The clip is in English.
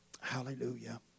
hallelujah